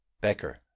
Becker